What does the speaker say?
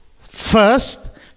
first